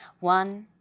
one,